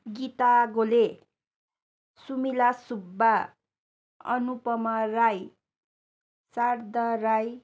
Gita Gole Sumila Subba Anupama Rai Sharda Rai